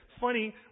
Funny